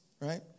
right